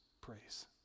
praise